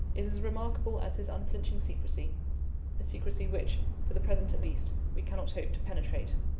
is as remarkable as his unflinching secrecy a secrecy which, for the present at least, we cannot hope to penetrate.